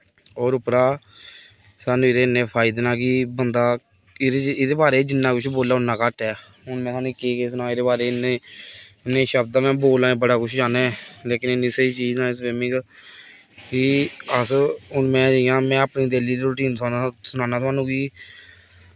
होर उप्परा सानूं एह्दे इ'न्ने फायदे न कि बंदा एह्दे बारे च जि'न्ना कुछ बोले उ'न्ना घट्ट ऐ हून में केह् केह् सनांऽ एह्दे बारे च इ'न्ने इ'न्ने शब्द में बोलना बड़ा कुछ चाह्न्नां ऐं लेकिन इ'न्नी स्हेई चीज ऐ स्विमिंग कि अस हून में जि'यां अपनी डेली दी रूटीन सनाना थाह्नूं कि